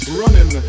running